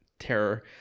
Terror